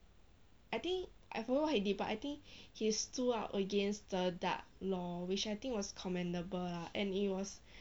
I think I forgot what he did but I think he's stood are against the dark lord which I think was commendable lah and it was